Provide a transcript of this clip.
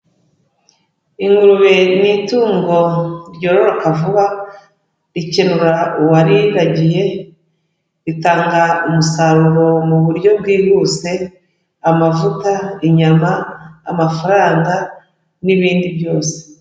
Ingurube ni itungo ryororoka vuba, rikenura uwariragiye ritanga umusaruro mu buryo bwihuse, amavuta, inyama, amafaranga, n'ibindi byose.